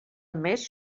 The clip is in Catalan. més